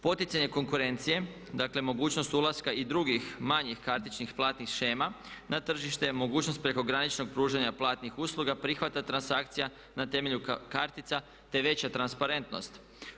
Poticanje konkurencije, dakle mogućnost ulaska i drugih manjih kartičnih platnih shema na tržište, mogućnost prekograničnog pružanja platnih usluga, prihvata, transakcija na temelju kartica te veća transparentnost.